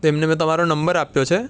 તો એમને મેં તમારો નંબર આપ્યો છે